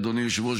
אדוני היושב-ראש,